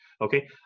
Okay